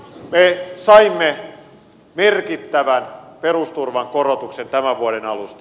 me saimme merkittävän perusturvan korotuksen tämän vuoden alusta